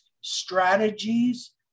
strategies